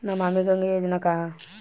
नमामि गंगा योजना का ह?